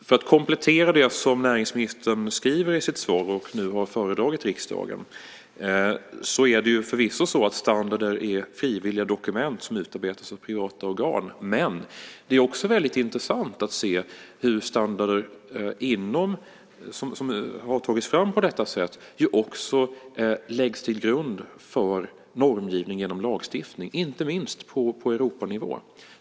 För att komplettera det som näringsministern skriver i sitt svar och nu har föredragit för riksdagen är standarder förvisso frivilliga dokument som utarbetas av privata organ. Men det är också intressant att se hur standarder som har tagits fram på det sättet läggs till grund för normgivning genom lagstiftning, inte minst på Europanivå.